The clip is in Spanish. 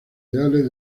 ideales